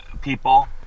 people